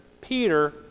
Peter